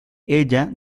ella